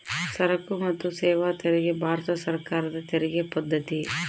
ಸರಕು ಮತ್ತು ಸೇವಾ ತೆರಿಗೆ ಭಾರತ ಸರ್ಕಾರದ ತೆರಿಗೆ ಪದ್ದತಿ